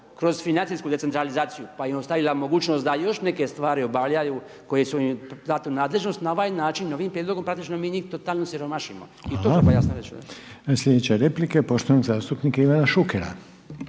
kroz financijsku decentralizaciju, pa i ostavila mogućnost da još neke stvari obavljaju koje su im date u nadležnost na ovaj način, ovim prijedlogom praktično mi njih totalno osiromašimo i to treba jasno reći. **Reiner, Željko (HDZ)** Hvala. Slijedeća replika je poštovanog zastupnika Ivana Šukera.